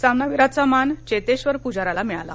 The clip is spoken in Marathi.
सामनावीराचा मान चेतेक्षर पुजाराला मिळाला